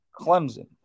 Clemson